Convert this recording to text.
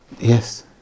Yes